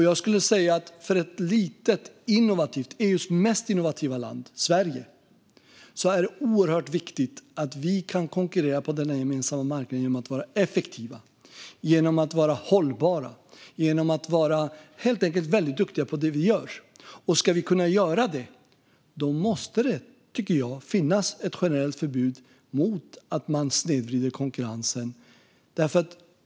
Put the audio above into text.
Jag skulle säga att för ett litet, innovativt - EU:s mest innovativa - land, alltså Sverige, är det oerhört viktigt att vi kan konkurrera på den gemensamma marknaden genom att vara effektiva, hållbara och helt enkelt väldigt duktiga på det vi gör. Ska vi kunna vara det måste det, tycker jag, finnas ett generellt förbud mot att man snedvrider konkurrensen.